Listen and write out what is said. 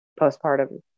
postpartum